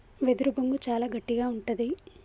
వెదురు బొంగు చాలా గట్టిగా ఉంటది